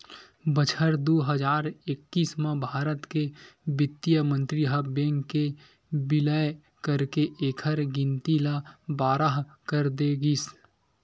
बछर दू हजार एक्कीस म भारत के बित्त मंतरी ह बेंक के बिलय करके एखर गिनती ल बारह कर दे गिस